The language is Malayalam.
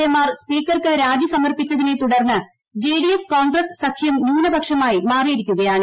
എ മാർ സ്പീക്കർക്ക് രാജി സമർപ്പിച്ചതിനെ തുടർന്ന് ജെഡിഎസ് കോൺഗ്രസ് സഖ്യം ന്യൂനപക്ഷമായി മാറിയിരിക്കുകയാണ്